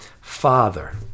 Father